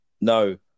No